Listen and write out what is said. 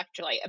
electrolyte